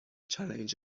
challenged